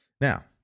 Now